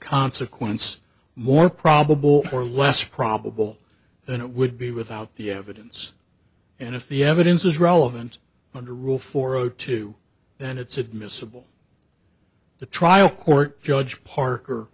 consequence more probable or less probable than it would be without the evidence and if the evidence is relevant under rule four zero two then it's admissible the trial court judge parker